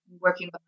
working